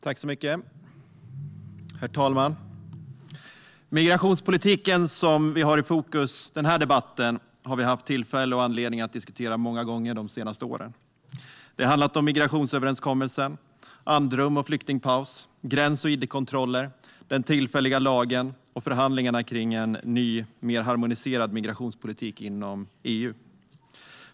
Herr talman! Migrationspolitiken, som vi har i fokus under denna debatt, har vi haft tillfälle och anledning att diskutera många gånger de senaste åren. Det har handlat om migrationsöverenskommelsen, andrum och flyktingpaus, gräns och id-kontroller, den tillfälliga lagen och förhandlingarna om en ny mer harmoniserad migrationspolitik inom EU.